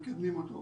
לא מונגשת.